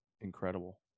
incredible